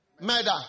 Murder